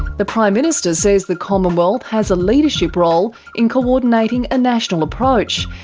the prime minister says the commonwealth has a leadership role in coordinating a national approach.